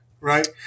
right